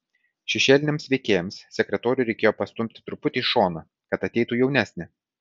šešėliniams veikėjams sekretorių reikėjo pastumti truputį į šoną kad ateitų jaunesnė